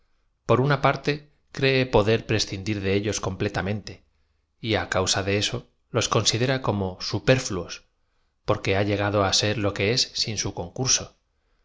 por una parte cree poder preacindir de ellos completamente y á causa de eso los considera como superfinos por que ha llegado á ser lo que es sin su concurso por otra parte su influencia contrarresta el efecto de su